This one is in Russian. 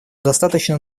достаточно